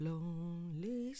Lonely